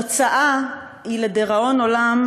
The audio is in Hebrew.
התוצאה היא לדיראון עולם,